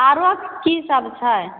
आरो की सब छै